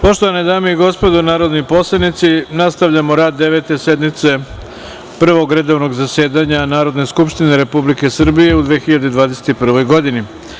Poštovane dame i gospodo narodni poslanici, nastavljamo rad Devete sednice Prvog redovnog zasedanja Narodne skupštine Republike Srbije u 2021. godini.